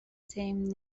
same